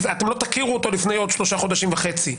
אתם לא תכירו אותו לפני עוד שלושה וחצי חודשים.